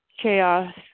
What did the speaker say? chaos